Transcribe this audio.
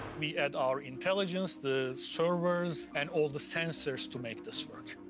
we add our intelligence, the servers, and all the sensors to make this work.